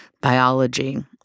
biology